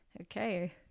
okay